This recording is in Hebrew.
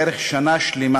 בערך שנה שלמה